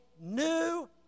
new